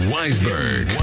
Weisberg